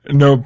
no